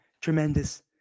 Tremendous